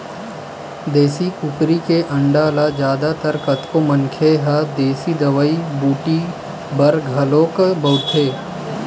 देसी कुकरी के अंडा ल जादा तर कतको मनखे मन ह देसी दवई बूटी बर घलोक बउरथे